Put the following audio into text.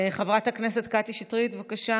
חברת הכנסת קטי שטרית, בבקשה.